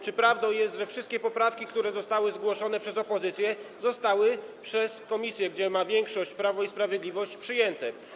Czy prawdą jest, że wszystkie poprawki zgłoszone przez opozycję zostały przez komisję, gdzie większość ma Prawo i Sprawiedliwość, przyjęte?